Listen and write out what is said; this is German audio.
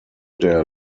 der